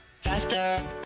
faster